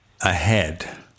ahead